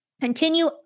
continue